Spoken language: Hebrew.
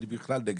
אני בכלל נגד,